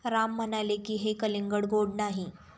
राम म्हणाले की, हे कलिंगड गोड नाही